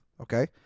Okay